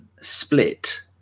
split